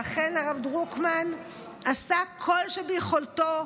ואכן, הרב דרוקמן עשה כל שביכולתו.